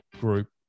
group